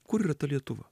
kur yra ta lietuva